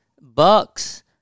bucks